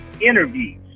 interviews